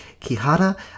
Kihara